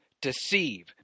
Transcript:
deceive